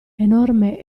enorme